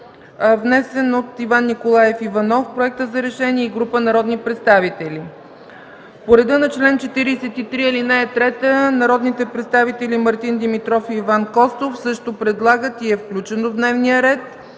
решение от Иван Николаев Иванов и група народни представители. По реда на чл. 43, ал. 3 народните представители Мартин Димитров и Иван Костов също предлагат и е включен в дневния ред